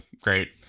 great